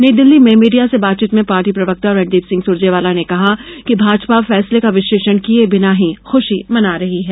नई दिल्ली में मीडिया से बातचीत में पार्टी प्रवक्ता रणदीप सिंह सुरजेवाला ने कहा है कि भाजपा फैसले का विश्लेषण किये बिना ही खुशी मना रही है